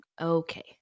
Okay